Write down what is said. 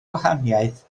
gwahaniaeth